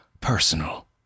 personal